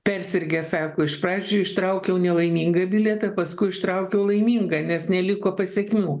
persirgęs sako iš pradžių ištraukiau nelaimingą bilietą paskui ištraukiau laimingą nes neliko pasekmių